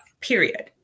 period